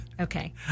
Okay